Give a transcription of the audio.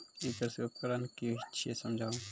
ई कृषि उपकरण कि छियै समझाऊ?